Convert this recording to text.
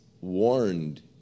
warned